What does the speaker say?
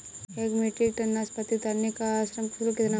एक metric tonne नाशपाती उतारने का श्रम शुल्क कितना होगा?